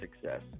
success